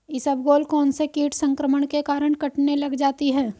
इसबगोल कौनसे कीट संक्रमण के कारण कटने लग जाती है?